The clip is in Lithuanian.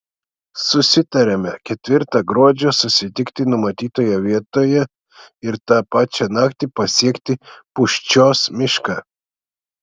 susitariame ketvirtą gruodžio susitikti numatytoje vietoje ir tą pačią naktį pasiekti pūščios mišką